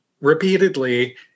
repeatedly